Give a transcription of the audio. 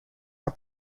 are